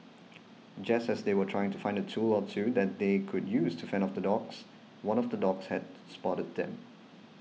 just as they were trying to find a tool or two that they could use to fend off the dogs one of the dogs had spotted them